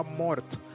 morto